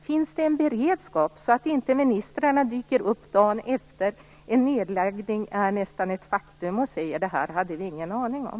Finns det en beredskap så att inte ministrarna dyker upp dagen efter det att en nedläggning nästan blivit ett faktum och säger att det här hade vi ingen aning om?